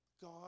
God